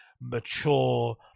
mature